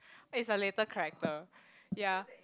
it's a literal character ya